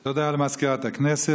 תודה למזכירת הכנסת.